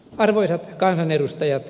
arvoisat kansanedustajat